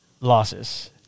losses